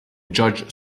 judge